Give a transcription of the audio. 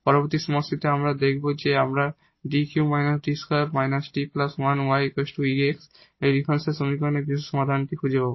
পরবর্তী সমস্যাতে আমরা যা দেখব আমরা 𝐷 3 − 𝐷 2 − 𝐷 1𝑦 𝑒 𝑥 এই ডিফারেনশিয়াল সমীকরণের পার্টিকুলার সমাধান খুঁজে পাব